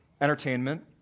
entertainment